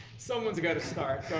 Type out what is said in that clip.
someone's gotta start.